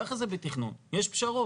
ככה זה בתכנון, יש פשרות.